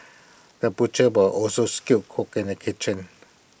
the butcher ware also skilled cook in the kitchen